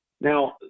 Now